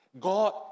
God